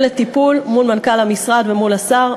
לטיפול מול מנכ"ל המשרד ומול השר,